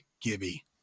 Gibby